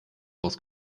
aus